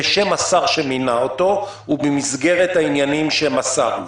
בשם השר שמינה אותו ובמסגרת העניינים שמסר לו".